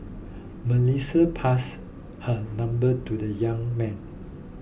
Melissa passed her number to the young man